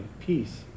peace